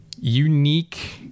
unique